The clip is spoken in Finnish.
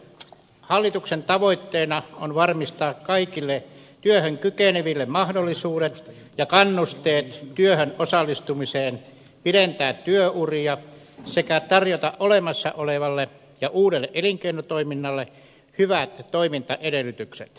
hallituksen tavoitteena on varmistaa kaikille työhön kykeneville mahdollisuudet ja kannusteet työhön osallistumiseen pidentää työuria sekä tarjota olemassa olevalle ja uudelle elinkeinotoiminnalle hyvät toimintaedellytykset